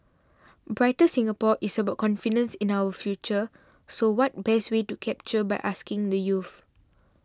brighter Singapore is about confidence in our future so what best way to capture by asking the youth